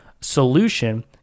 Solution